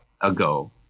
ago